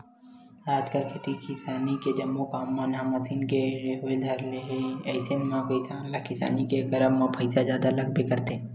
आजकल खेती किसानी के जम्मो काम मन ह मसीन ले होय बर धर ले हे अइसन म किसान ल किसानी के करब म पइसा जादा लगबे करथे